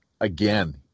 again